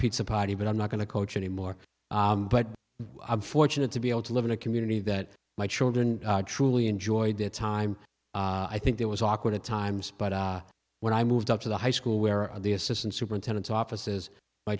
pizza party but i'm not going to coach any more but i'm fortunate to be able to live in a community that my children truly enjoy their time i think there was awkward at times but when i moved up to the high school where the assistant superintendent offices my